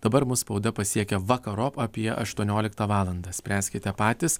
dabar mūs spauda pasiekia vakarop apie aštuonioliktą valandą spręskite patys